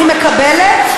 אני מקבלת,